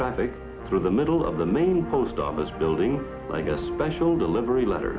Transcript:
traffic through the middle of the main post office building like a special delivery letter